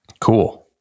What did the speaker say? Cool